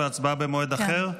והצבעה במועד אחר?